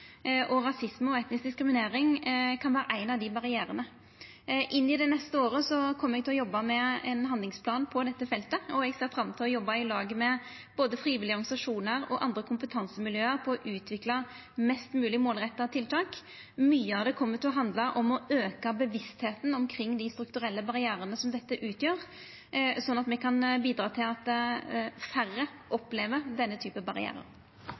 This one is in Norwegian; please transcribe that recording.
og rasisme og etnisk diskriminering kan vera ein av dei barrierane. Inn i det neste året kjem eg til å jobba med ein handlingsplan på dette feltet, og eg ser fram til å jobba i lag med både frivillige organisasjonar og andre kompetansemiljø for å utvikla mest mogleg målretta tiltak. Mykje av det kjem til å handla om å auka bevisstheita omkring dei strukturelle barrierane som dette utgjer, slik at me kan bidra til at færre opplever denne